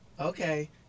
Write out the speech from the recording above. Okay